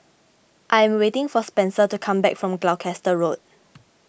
I am waiting for Spenser to come back from Gloucester Road